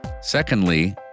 Secondly